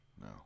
No